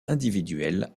individuelle